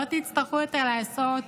לא תצטרכו יותר לעשות